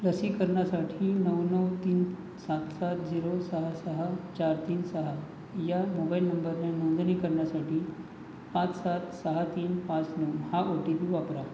लसीकरणासाठी नऊ नऊ तीन सात सात झिरो सहा सहा चार तीन सहा या मोबाईल नंबरने नोंदणी करण्यासाठी पाच सात सहा तीन पाच नऊ हा ओ टी पी वापरा